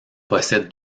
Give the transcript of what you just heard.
possède